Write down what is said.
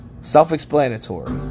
Self-explanatory